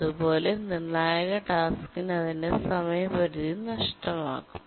അതുപോലെ നിർണായക ടാസ്ക്കിന് അതിന്റെ സമയപരിധി നഷ്ടമാകും